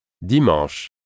Dimanche